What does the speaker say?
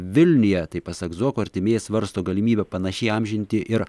vilniuje tai pasak zuoko artimieji svarsto galimybę panašiai įamžinti ir